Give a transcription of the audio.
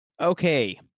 Okay